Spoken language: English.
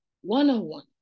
one-on-one